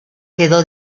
quedó